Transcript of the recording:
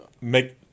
make